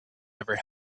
never